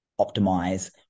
optimize